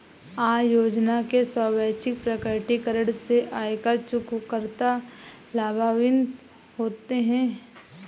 आय योजना के स्वैच्छिक प्रकटीकरण से आयकर चूककर्ता लाभान्वित होते हैं